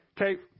Okay